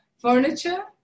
furniture